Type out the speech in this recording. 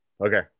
Okay